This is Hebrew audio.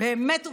באמת ובתמים,